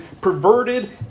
perverted